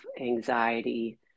anxiety